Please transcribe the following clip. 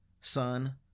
son